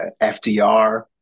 FDR